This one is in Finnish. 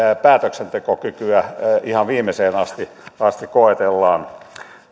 päätöksentekokykyä ihan viimeiseen asti koetellaan